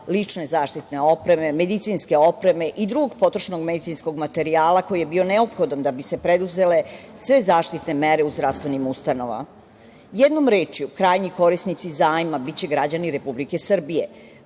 lične zaštitne opreme, medicinske opreme i drugog potrošnog medicinskog materijala koji je bio neophodan da bi se preduzele sve zaštitne mere u zdravstvenim ustanovama. Jednom rečju, krajnji korisnici zajma biće građani Republike Srbije,